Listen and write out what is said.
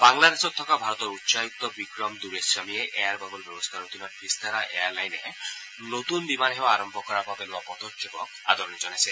বাংলাদেশত থকা ভাৰতৰ উচ্চায়ুক্ত বিক্ৰম দুৰেস্বামীয়ে এয়াৰ বাবল ব্যৱস্থাৰ অধীনত ভিস্তাৰা এয়াৰ লাইনে নতুন বিমানসেৱাক আৰম্ভ কৰাৰ বাবে আদৰণি জনাইছে